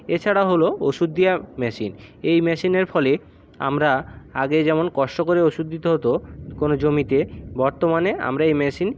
এছাড়াও হল ওষুধ দেওয়া মেশিন এই মেশিনের ফলে আমরা আগে যেমন কষ্ট করে ওষুধ দিতে হতো কোনও জমিতে বর্তমানে আমরা এই মেশিন